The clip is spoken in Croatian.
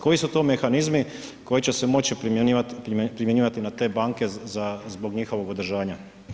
Koji su to mehanizmi koji će moći primjenjivati na te banke za, zbog njihovog održavanja?